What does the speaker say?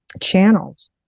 channels